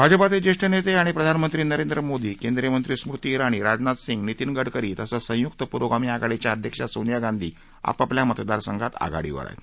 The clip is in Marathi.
भाजपाचे ज्येष्ठ नेते आणि प्रधानमंत्री नरेंद्र मोदी केंद्रीय मंत्री स्मृती इराणी राजनाथ सिंह नितीन गडकरी तसंच संयुक्त पुरोगामी आघाडीच्या अध्यक्ष सोनिया गांधी आपापल्या मतदारसंघात आघाडीवर आहत